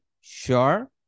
Sure